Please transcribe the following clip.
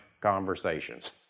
conversations